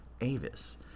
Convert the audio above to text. Avis